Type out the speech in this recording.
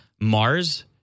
Mars